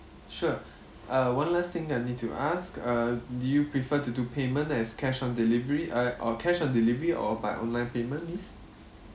sure uh one last thing I need to ask uh do you prefer to do payment as cash on delivery uh or cash on delivery or by online payment miss